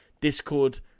Discord